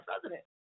president